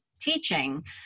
teaching